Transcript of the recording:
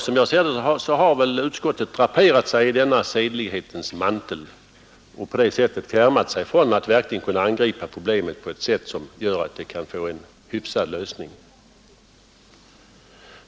Som jag ser det har utskottet draperat sig i denna sedlighetens mantel och på det sättet fjärmat sig från möjligheten att angripa problemet så att det verkligen kan få en hyfsad lösning.